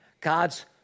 God's